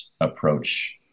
approach